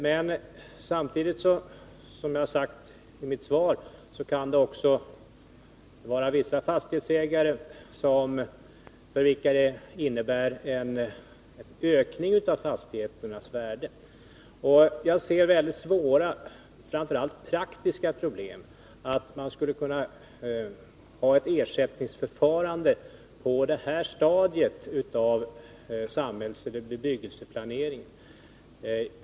Men samtidigt kan det, som jag har sagt i mitt svar, för vissa fastighetsägare innebära en ökning av fastigheternas värde. Jag ser framför allt svåra praktiska problem med att ha ett ersättningsförfarande på det här stadiet av bebyggelseplaneringen.